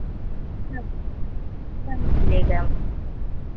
सब सब मिलेगा